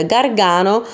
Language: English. Gargano